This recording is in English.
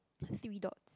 three dots